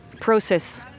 process